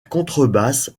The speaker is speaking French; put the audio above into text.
contrebasse